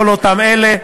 כל אותם אלה,